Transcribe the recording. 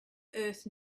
earth